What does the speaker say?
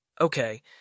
Okay